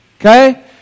okay